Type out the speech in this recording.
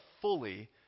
fully